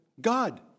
God